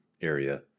area